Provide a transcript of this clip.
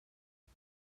min